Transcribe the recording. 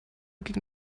ging